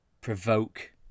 provoke